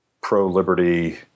pro-liberty